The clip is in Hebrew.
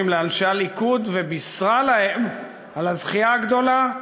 לאנשי הליכוד ובישרה להם על הזכייה הגדולה: